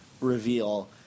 reveal